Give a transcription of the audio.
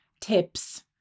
tips